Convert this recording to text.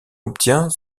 obtient